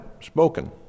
spoken